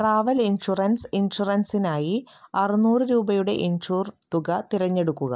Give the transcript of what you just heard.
travel insurance ഇൻഷുറൻസിനായി അറുനൂറ് രൂപയുടെ ഇൻഷുർ തുക തിരഞ്ഞെടുക്കുക